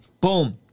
boom